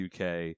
UK